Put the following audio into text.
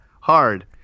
hard